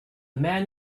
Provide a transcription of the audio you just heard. man